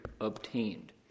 obtained